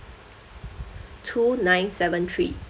two nine seven three